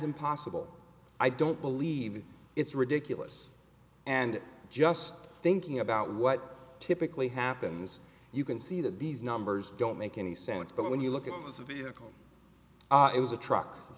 impossible i don't believe it's ridiculous and just thinking about what typically happens you can see that these numbers don't make any sense but when you look at this vehicle it was a truck